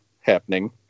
happening